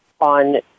on